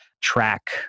Track